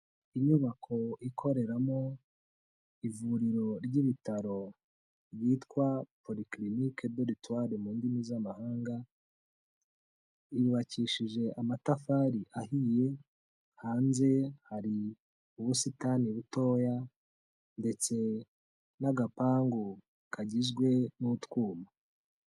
Inyubako ikoreramo ivuriro ry'ibitaro ryitwa polikirinike do retuware mu ndimi z'amahanga, yubakishije amatafari ahiye, hanze hari ubusitani butoya ndetse n'agapangu kagizwe n'utwuma.